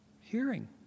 hearing